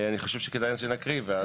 אני חושב שכדאי שנקריא.